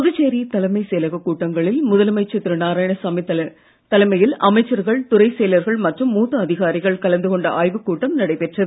புதுச்சேரி தலைமைச் செயலக கூட்டரங்கில் முதலமைச்சர் திரு நாராயணசாமி தலைமையில் அமைச்சர்கள் துறைச்செயலர்கள் மற்றும் மூத்த அதிகாரிகள் கலந்து கொண்ட ஆய்வுக் கூட்டம் நடைபெற்றது